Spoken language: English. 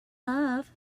love